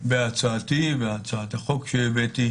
בהצעתי, בהצעת החוק שהבאתי